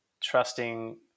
Trusting